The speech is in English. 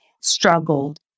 struggled